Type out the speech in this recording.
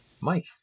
Mike